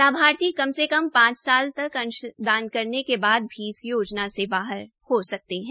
लाभार्थी कम के कम पांच साल अंशदान करने के बाद इस योजना से बाहर हो सकता है